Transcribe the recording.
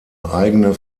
eigene